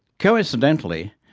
coincidentally,